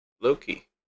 Loki